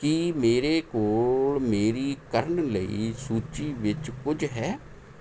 ਕੀ ਮੇਰੇ ਕੋਲ ਮੇਰੀ ਕਰਨ ਲਈ ਸੂਚੀ ਵਿੱਚ ਕੁਝ ਹੈ